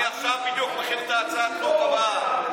אני עכשיו בדיוק מכין את הצעת החוק הבאה.